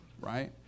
right